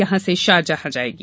यहां से शारजाह जाएगी